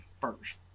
first